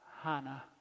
Hannah